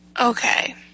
Okay